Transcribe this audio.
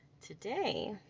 Today